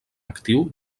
actiu